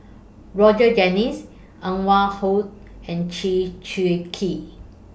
Roger Jenkins Anwarul and Chew Swee Kee